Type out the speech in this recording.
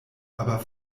aber